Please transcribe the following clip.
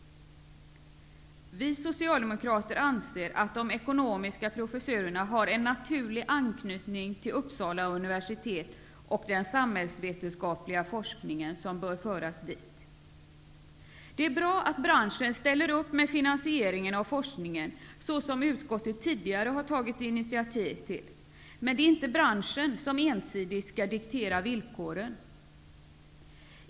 Vi socialdemokrater anser att de ekonomiska professurerna har en naturlig anknytning till Uppsala universitet och den samhällsvetenskapliga forskning som bör föras dit. Det är bra att branschen ställer upp med finansiering av forskningen, såsom utskottet tidigare har tagit initiativ till. Men det är inte branschen som ensidigt skall diktera villkoren.